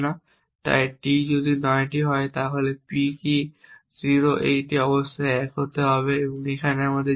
তাই t যদি নয়টি হয় তাহলে p কি 0 এটা অবশ্যই 1 হবে আমাদের এখানে 0 আছে